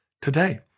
today